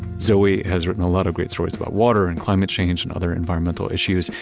zoe has written a lot of great stories about water, and climate change, and other environmental issues.